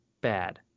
bad